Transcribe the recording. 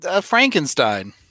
Frankenstein